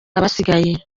abasigaye